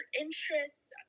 interests